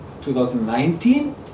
2019